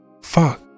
Fuck